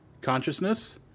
consciousness